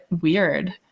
weird